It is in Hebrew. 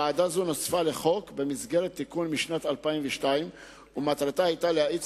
ועדה זו נוספה לחוק במסגרת תיקון משנת 2002 ומטרתה היתה להאיץ